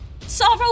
Sorrow